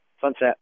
sunset